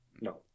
No